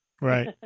Right